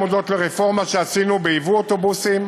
הודות לרפורמה שעשינו בייבוא אוטובוסים,